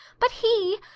but he!